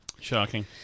Shocking